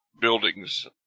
buildings